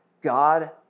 God